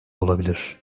olabilir